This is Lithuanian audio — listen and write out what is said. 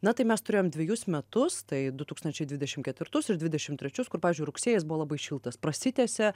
na tai mes turėjom dvejus metus tai du tūkstančiai dvidešim ketvirtus dvidešim trečius kur pavyzdžiui rugsėjis buvo labai šiltas prasitęsia